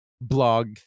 blog